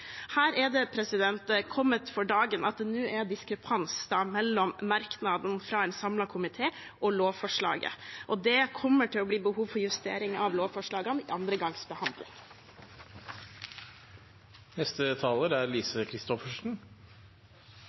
Her er det kommet for dagen at det nå er diskrepans mellom merknaden fra en samlet komité og lovforslaget. Det kommer til å bli behov for justering av lovforslagene ved andre gangs behandling. Takk til saksordføreren for et godt utført arbeid. Saken er